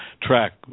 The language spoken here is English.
track